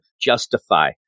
justify